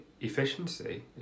efficiency